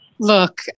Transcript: Look